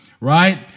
right